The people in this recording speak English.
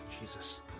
Jesus